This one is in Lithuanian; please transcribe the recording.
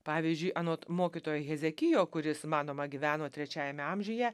pavyzdžiui anot mokytojo hezekijo kuris manoma gyveno trečiajame amžiuje